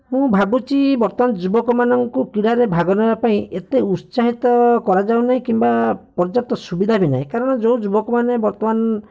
ମୁଁ ଭାବୁଛି ବର୍ତ୍ତମାନ ଯୁବକମାନଙ୍କୁ କ୍ରୀଡ଼ାରେ ଭାଗ ନେବା ପାଇଁ ଏତେ ଉତ୍ସାହିତ କରାଯାଉନି କିମ୍ବା ପର୍ଯ୍ୟାପ୍ତ ସୁବିଧା ବି ନାହିଁ କାରଣ ଯେଉଁ ଯୁବକମାନେ ବର୍ତ୍ତମାନ